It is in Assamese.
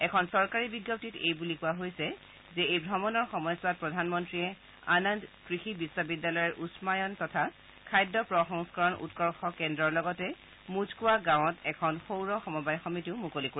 এখন চৰকাৰী বিজ্ঞপ্তিত এই বুলি কোৱা হৈছে যে এই ভ্ৰমণৰ সময়ছোৱাত প্ৰধানমন্ত্ৰীয়ে আন্দ কৃষি বিশ্ববিদ্যালয়ৰ উন্নায়ণ তথা খাদ্য প্ৰসংস্কৰণ উৎকৰ্য কেন্দ্ৰৰ লগতে মুঝকুৱা গাঁৱত এখন সৌৰ সমবায় সমিতিও মুকলি কৰিব